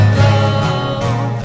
love